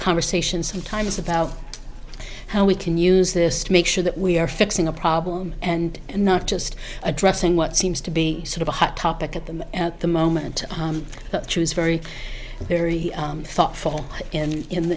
conversation sometimes about how we can use this to make sure that we are fixing a problem and not just addressing what seems to be sort of a hot topic at them at the moment but she was very very thoughtful